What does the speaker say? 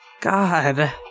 God